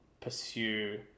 pursue